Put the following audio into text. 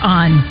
on